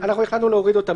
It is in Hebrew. אנחנו החלטנו להוריד אותן.